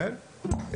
ובכרמל,